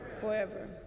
forever